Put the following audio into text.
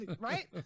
right